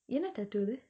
என்ன:enna tattoo அது:athu